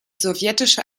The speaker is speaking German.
sowjetische